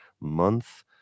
month